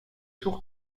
sourd